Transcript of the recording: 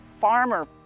farmer